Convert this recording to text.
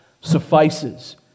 suffices